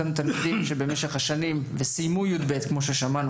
אותם תלמידים שסיימו כיתה י"ב כמו ששמענו